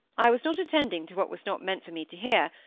i was not attending to what was not meant for me to hear,